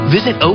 Visit